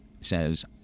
says